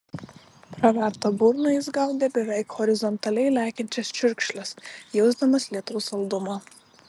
praverta burna jis gaudė beveik horizontaliai lekiančias čiurkšles jausdamas lietaus saldumą